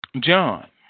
John